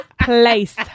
Place